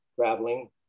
traveling